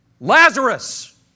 Lazarus